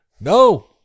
No